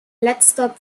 letzter